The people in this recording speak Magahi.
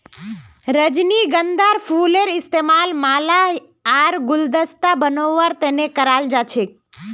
रजनीगंधार फूलेर इस्तमाल माला आर गुलदस्ता बनव्वार तने कराल जा छेक